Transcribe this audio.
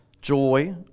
joy